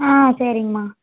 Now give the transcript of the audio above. ஆ சரிங்கம்மா